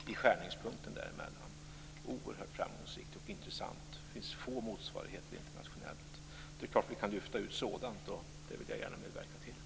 Det är oerhört framgångsrikt och intressant, och det finns få motsvarigheter internationellt. Det är klart att vi kan lyfta ut sådant. Det vill jag gärna medverka till.